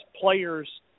players